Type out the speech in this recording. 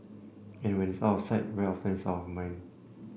and when it's out of sight very often it's out of mind